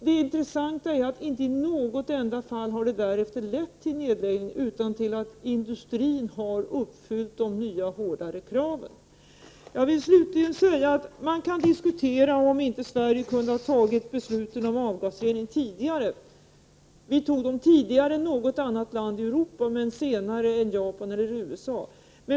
Men inte i något enda fall har det skett någon nedläggning, utan industrin har uppfyllt de nya och hårdare kraven. Man kan givetvis diskutera om inte Sverige kunde ha fattat beslut om avgasrening tidigare. Vi fattade dock beslutet tidigare än något annat land i Europa men senare än Japan och USA.